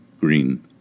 Green